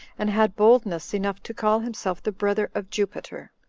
and had boldness enough to call himself the brother of jupiter.